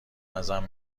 ازم